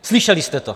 Slyšeli jste to.